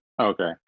Okay